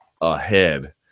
ahead